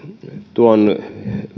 tuon